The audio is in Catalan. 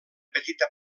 petita